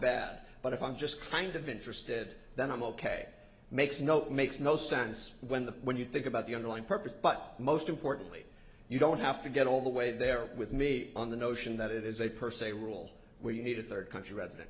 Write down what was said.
bad but if i'm just kind of interested then i'm ok makes note makes no sense when the when you think about the underlying purpose but most importantly you don't have to get all the way there with me on the notion that it is a per se rule where you need a third country r